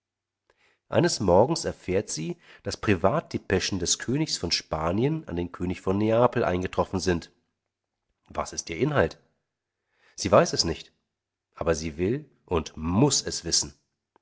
eines morgens erfährt sie daß privat depeschen des königs von spanien an den könig von neapel eingetroffen sind was ist ihr inhalt sie weiß es nicht aber sie will und muß es wissen